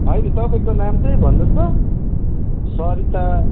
होइन तपाईँको नाम चाहिँ भन्नुहोस् त सरिता